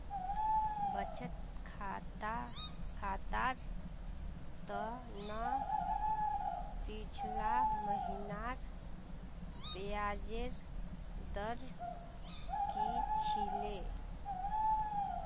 बचत खातर त न पिछला महिनार ब्याजेर दर की छिले